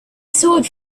sword